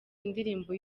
indirimbo